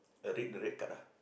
uh read the red card ah